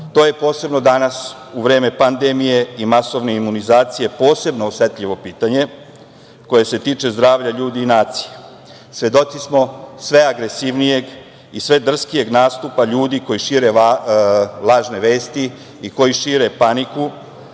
To je posebno danas, u vreme pandemije i masovne imunizacije, posebno osetljivo pitanje koje se tiče zdravlja ljudi i nacije. Svedoci smo sve agresivnijeg i sve drskijeg nastupa ljudi koji šire lažne vesti i koji šire paniku